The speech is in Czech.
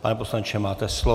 Pane poslanče, máte slovo.